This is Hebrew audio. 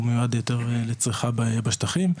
ומיועד יותר לצריכה בשטחים.